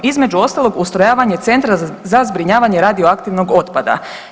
Između ostalog ustrojavanje Centra za zbrinjavanje radioaktivnog otpada.